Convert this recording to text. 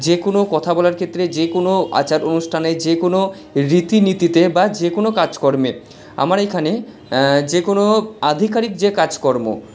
যে কোনও কথা বলার ক্ষেত্রে যেকোনও আচার অনুষ্ঠানে যে কোনও রীতিনীতিতে বা যে কোনও কাজকর্মে আমার এইখানে যে কোনও আধিকারিক যে কাজকর্ম